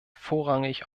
vorrangig